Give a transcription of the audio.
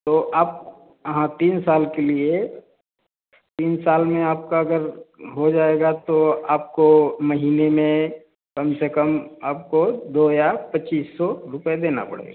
तो आप हाँ तीन साल के लिए तीन साल में आपका अगर हो जाएगा तो आपको महीने में कम से कम आपको दो हजार पच्चीस सौ रुपये देना पड़ेगा